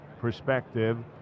perspective